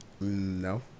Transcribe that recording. no